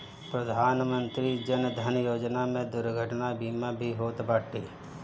प्रधानमंत्री जन धन योजना में दुर्घटना बीमा भी होत बाटे